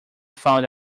found